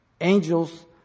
angels